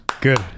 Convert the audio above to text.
Good